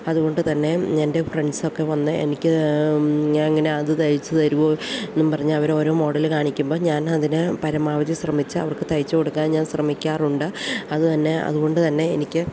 അതുകൊണ്ടുതന്നെ എൻ്റെ ഫ്രണ്ട്സൊക്കെ വന്ന് എനിക്ക് ഞാൻ ഇങ്ങനെ അത് തയ്ച്ചു തരുമോയെന്നും പറഞ്ഞ് ആ അവരോരോ മോഡല് കാണിക്കുമ്പോൾ ഞാൻ അതിനെ പരമാവധി ശ്രമിച്ച് അവർക്ക് തയച്ചു കൊടുക്കാൻ ഞാൻ ശ്രമിക്കാറുണ്ട് അതുതന്നെ അതുകൊണ്ടുതന്നെ എനിക്ക്